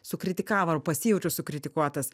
sukritikavo ar pasijaučiau sukritikuotas